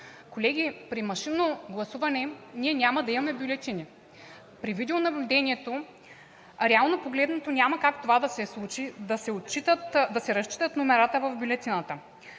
Колеги, при машинно гласуване ние няма да имаме бюлетини. При видеонаблюдението, реално погледнато, няма как това да се случи, да се разчитат номерата в бюлетината.